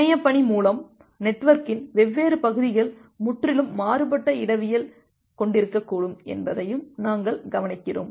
இணையப்பணி மூலம் நெட்வொர்க்கின் வெவ்வேறு பகுதிகள் முற்றிலும் மாறுபட்ட இடவியல் கொண்டிருக்கக்கூடும் என்பதையும் நாங்கள் கவனிக்கிறோம்